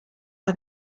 are